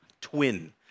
twin